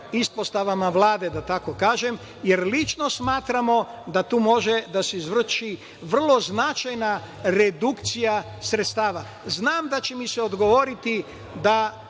ispostavama Vlade, da tako kažem. Lično smatramo da tu može da se izvrši vrlo značajna redukcija sredstava. Znam da će mi se odgovoriti da